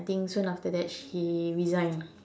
I think soon after that she resigned